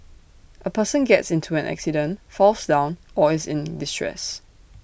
A person gets into an accident falls down or is in distress